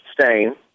stain